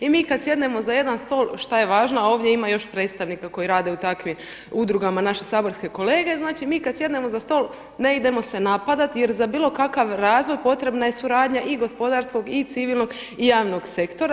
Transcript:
I mi kada sjednemo za jedan stol što je važno, ovdje ima još predstavnika koji rade u takvim udrugama naši saborske kolege, znači mi kada sjednemo za stol ne idemo se napadati jer za bilo kakav razvoj potrebna je suradnja i gospodarskog, i civilnog i javnog sektora.